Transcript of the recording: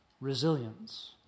resilience